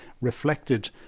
reflected